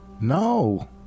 No